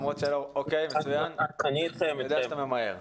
אני יודע שאתה ממהר.